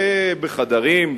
ובחדרים,